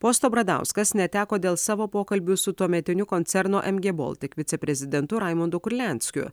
posto bradauskas neteko dėl savo pokalbių su tuometiniu koncerno em gie boltik viceprezidentu raimondu kurlianskiu